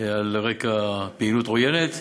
על רקע פעילות עוינת.